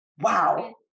Wow